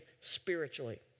spiritually